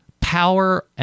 Power